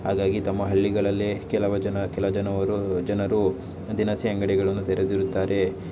ಹಾಗಾಗಿ ತಮ್ಮ ಹಳ್ಳಿಗಳಲ್ಲೇ ಕೆಲವು ಜನ ಕೆಲ ಜನರು ಜನರು ದಿನಸಿ ಅಂಗಡಿಗಳನ್ನು ತೆರದಿರುತ್ತಾರೆ